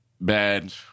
bad